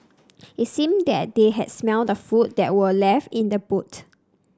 it seemed that they had smelt the food that were left in the boot